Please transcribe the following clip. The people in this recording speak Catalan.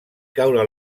caure